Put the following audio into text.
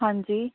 ਹਾਂਜੀ